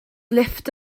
lifft